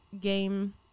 game